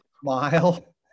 smile